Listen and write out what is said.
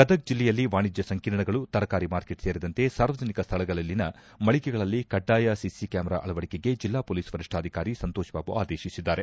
ಗದಗ್ ಜಿಲ್ಲೆಯಲ್ಲಿ ವಾಣಿಜ್ಯ ಸಂಕೀರ್ಣಗಳು ತರಕಾರಿ ಮಾರ್ಕೆಟ್ ಸೇರಿದಂತೆ ಸಾರ್ವಜನಿಕ ಸ್ಥಳದಲ್ಲಿನ ಮಳಿಗೆಗಳಲ್ಲಿ ಕಡ್ಡಾಯ ಸಿಸಿ ಕ್ಯಾಮರಾ ಅಳವಡಿಕೆಗೆ ಜಿಲ್ಲಾ ಮೊಲೀಸ್ ವರಿಷ್ಠಾಧಿಕಾರಿ ಸಂತೋಷ್ ಬಾಬು ಆದೇಶಿಸಿದ್ದಾರೆ